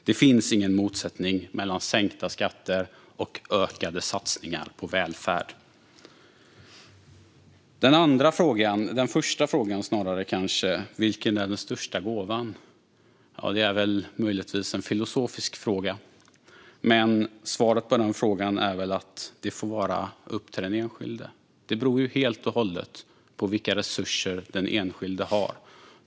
Det finns ingen motsättning mellan sänkta skatter och ökade satsningar på välfärd. Den första frågan, vilken som är den största gåvan, är möjligtvis en filosofisk fråga. Men svaret är väl att det får vara upp till den enskilde. Det beror helt och hållet på vilka resurser den enskilde har.